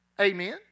Amen